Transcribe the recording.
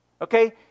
Okay